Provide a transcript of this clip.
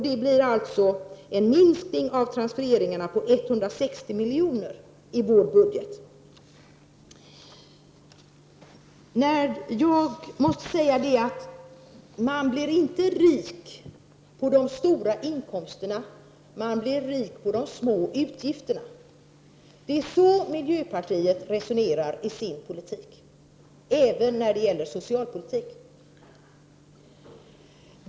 Det blir alltså en minskning av transfereringarna på 160 miljoner i vår budget. Man blir inte rik på de stora inkomsterna, utan man blir rik på de små utgifterna. Det är så miljöpartiet resonerar, även när det gäller socialpolitiken.